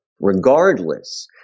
Regardless